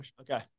okay